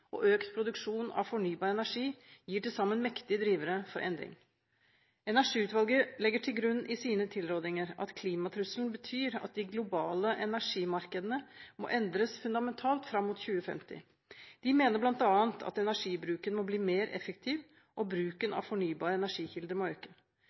og økt produksjon av fornybar energi utgjør til sammen mektige drivere for endring. Energiutvalget legger til grunn for sine tilrådinger at klimatrusselen betyr at de globale energimarkedene må endres fundamentalt fram mot 2050. De mener bl.a. at energibruken må bli mer effektiv, og at bruken